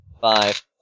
Five